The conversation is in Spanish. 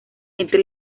entre